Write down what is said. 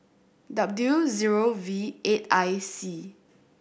W zero V eight I C